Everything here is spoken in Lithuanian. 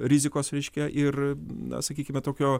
rizikos reiškia ir na sakykime tokio